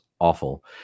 awful